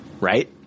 right